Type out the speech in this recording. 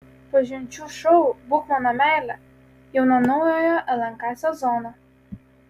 pažinčių šou būk mano meile jau nuo naujojo lnk sezono